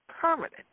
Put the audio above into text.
permanent